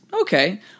Okay